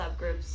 subgroups